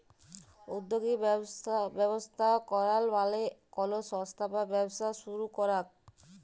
উদ্যগী ব্যবস্থা করাক মালে কলো সংস্থা বা ব্যবসা শুরু করাক